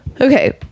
Okay